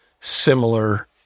similar